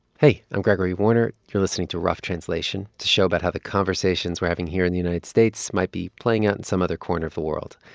hey. i'm gregory warner. you're listening to rough translation, the show about how the conversations we're having here in the united states might be playing out in some other corner of the world.